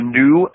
new